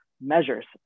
measures